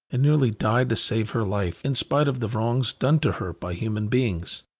and nearly died to save her life, in spite of the wrongs done to her by human beings.